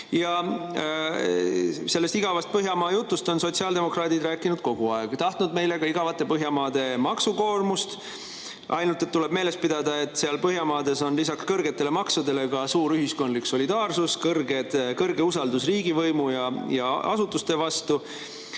Sellest igavast Põhjamaast on sotsiaaldemokraadid rääkinud kogu aeg, tahtnud meile ka igavate Põhjamaade maksukoormust. Ainult tuleb meeles pidada, et Põhjamaades on lisaks kõrgetele maksudele ka suur ühiskondlik solidaarsus, kõrge usaldus riigivõimu ja asutuste vastu